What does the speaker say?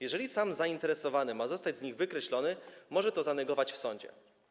Jeżeli sam zainteresowany ma zostać z nich wykreślony, może to zanegować w sądzie.